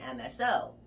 MSO